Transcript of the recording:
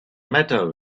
matter